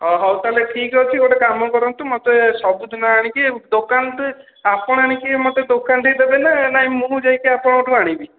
ଓ ହଉ ତାହାଲେ ଠିକ୍ ଅଛି ଗୋଟେ କାମ କରନ୍ତୁ ମୋତେ ସବୁଦିନ ଆଣିକି ଦୋକାନରେ ଆପଣ ଆଣିକି ମୋତେ ଦୋକାନରେ ଦେବେନା ନାଇ ମୁଁ ଯାଇକି ଆପଣଙ୍କଠୁ ଆଣିବି